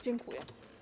Dziękuję.